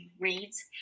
reads